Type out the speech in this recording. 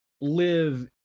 live